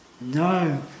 No